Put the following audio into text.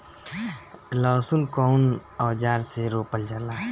लहसुन कउन औजार से रोपल जाला?